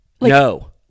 no